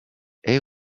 est